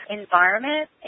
environment